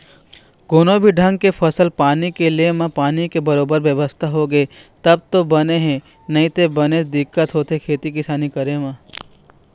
कोनो भी ढंग के फसल पानी के ले म पानी के बरोबर बेवस्था होगे तब तो बने हे नइते बनेच दिक्कत होथे खेती किसानी करे म